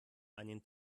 einen